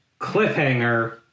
Cliffhanger